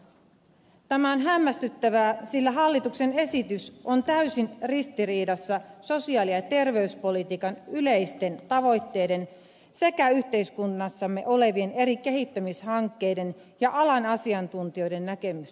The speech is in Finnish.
tämä on hämmästyttävää sillä hallituksen esitys on täysin ristiriidassa sosiaali ja terveyspolitiikan yleisten tavoitteiden sekä yhteiskunnassamme olevien eri kehittämishankkeiden ja alan asiantuntijoiden näkemysten kanssa